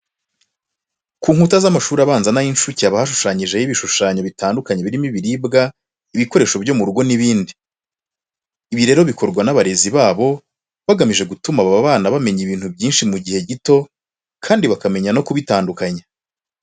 Ku nkuta z'amashuri abanza n'ay'inshuke haba hashushanyijeho ibishushanyo bitandukanye birimo ibiribwa, ibikoresho byo mu rugo n'ibindi. Ibi rero bikorwa n'abarezi babo bagamije gutuma aba bana bamenya ibintu byinshi mu gihe gito kandi bakamenya no kubitandukanya.